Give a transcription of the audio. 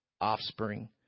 offspring